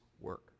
work